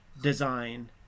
design